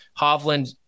Hovland